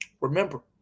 Remember